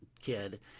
kid